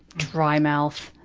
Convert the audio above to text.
dry mouth,